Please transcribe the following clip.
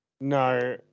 No